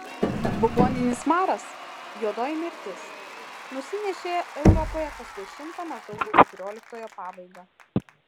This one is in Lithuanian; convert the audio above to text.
buboninis maras juodoji mirtis nusinešė europoje kas dešimtą maždaug į keturioliktojo pabaigą